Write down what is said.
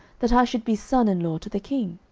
that i should be son in law to the king?